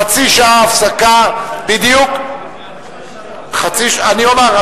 חצי שעה הפסקה, שעה 15:00. אני אומר.